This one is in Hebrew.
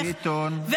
חצי מיליון, חצי מיליון.